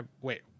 Wait